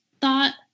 thought